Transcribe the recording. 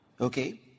Okay